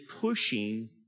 pushing